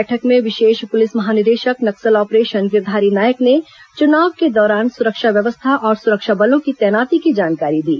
बैठक में विशेष पुलिस महानिदेशक नक्सल ऑपरेशन गिरधारी नायक ने चुनाव के दौरान सुरक्षा व्यवस्था और सुरक्षा बलों की तैनाती की जानकारी दी